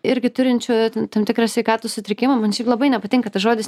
irgi turinčiu tam tikrą sveikatos sutrikimą man šiaip labai nepatinka tas žodis